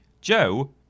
Joe